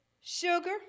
sugar